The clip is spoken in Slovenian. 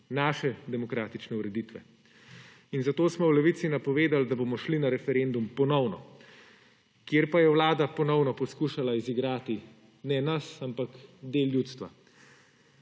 naše demokratične ureditve. Zato smo v Levici napovedali, da bomo šli ponovno na referendum. Pa je Vlada ponovno poskušala izigrati ne nas, ampak del ljudstva.